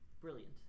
Brilliant